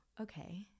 okay